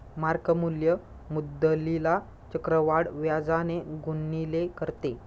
mark मूल्य मुद्दलीला चक्रवाढ व्याजाने गुणिले करते